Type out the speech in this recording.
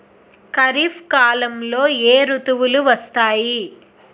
ఖరిఫ్ కాలంలో ఏ ఋతువులు వస్తాయి?